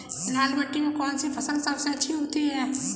लाल मिट्टी में कौन सी फसल सबसे अच्छी उगती है?